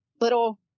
little